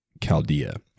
Chaldea